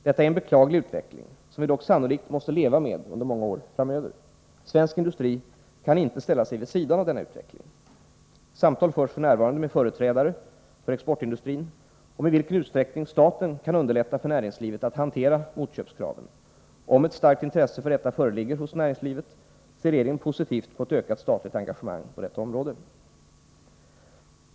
Detta är en beklaglig utveckling, som vi dock sannolikt måste leva med under många år framöver. Svensk industri kan inte ställa sig vid sidan av denna utveckling. Samtal förs f. n. med företrädare för exportindustrin om i vilken utsträckning staten kan underlätta för näringslivet att hantera motköpskraven. Om ett starkt intresse för detta föreligger hos näringslivet ser regeringen positivt på ett ökat statligt engagemang på detta område.